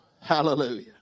Hallelujah